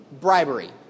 bribery